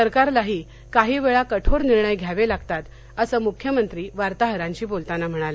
सरकारलाही काही वेळा कठोर निर्णय घ्यावे लागतात असं मुख्यमंत्री वार्ताहरांशी बोलताना म्हणाले